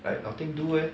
like nothing do eh